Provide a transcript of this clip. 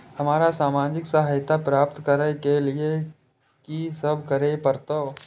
हमरा सामाजिक सहायता प्राप्त करय के लिए की सब करे परतै?